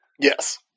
Yes